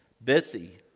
Betsy